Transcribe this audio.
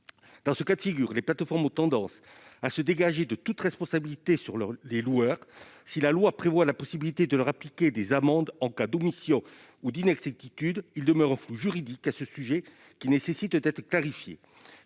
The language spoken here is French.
Dans ce cas de figure, les plateformes ont tendance à se décharger de leur responsabilité sur les loueurs. Si la loi prévoit la possibilité de leur appliquer des amendes en cas d'omission ou d'inexactitude, il demeure un flou juridique à ce sujet, qui nécessite d'être clarifié.